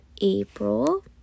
April